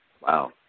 Wow